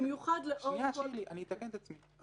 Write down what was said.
במיוחד לאור --- אני אתקן את עצמי.